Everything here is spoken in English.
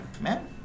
man